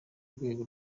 rwego